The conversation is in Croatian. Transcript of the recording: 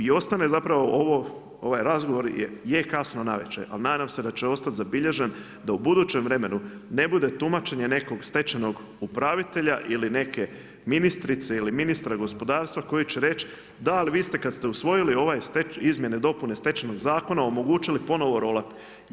I osnovno je zapravo ovo, ovaj razgovor je kasno navečer, ali nadam se da će ostati zabilježen, da u budućem vremenu, ne bude tumačenje nekog stečajnog upravitelja ili neke ministrice ili ministra gospodarstva, koji će reći, da ali vi ste, kad ste usvojili ovaj izmjene, dopune stečajnog zakona, omogućili ponovno roll up.